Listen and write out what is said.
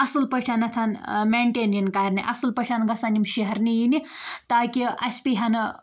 اَصٕل پٲٹھٮ۪نتھ مینٹین یِن کَرنہِ اَصٕل پٲٹھۍ گَژھن یِم شہرنہٕ یِنہِ تاکہِ اَسہِ پیٚیہِ ہہ نہٕ